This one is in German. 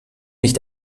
nicht